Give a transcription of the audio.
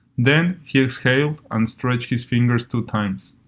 then he exhaled and stretched his fingers two times.